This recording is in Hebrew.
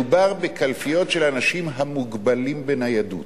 מדובר בקלפיות של אנשים המוגבלים בניידות.